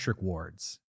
wards